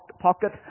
pocket